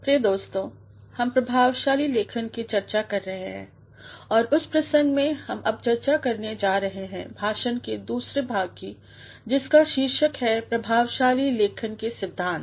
प्रिय दोस्तों हम प्रभावशाली लेखन की चर्चा कर रहे हैं औरउसप्रसंगमें हम अब चर्चा करने जा रहे हैं भाषण के दूसरे भाग की जिसका शीर्षक है प्रभावशाली लेखन के सिद्धांत